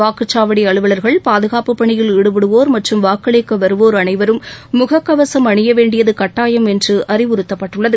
வாக்குச்சாவடி அலுவலர்கள் பாதுகாப்பு பணியில் ஈடுபடுவோர் மற்றும் வாக்களிக்க வருவோர் அனைவரும் முகக்கவசம் அணியவேண்டியது கட்டாயம் என்று அறிவுறுத்தப்பட்டுள்ளது